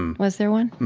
um was there one?